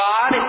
God